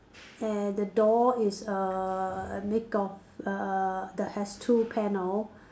and the door is err make of err the has two panel